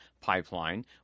pipeline